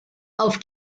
auf